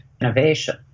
innovation